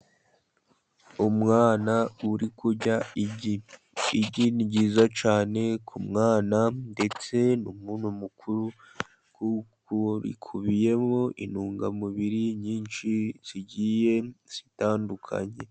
Umwana uri kurya igi, igi ni ryiza cyane ku mwana ndetse n'umuntu mukuru, kuko rikubiyemo intungamubiri nyinshi zigiye zitandukanye.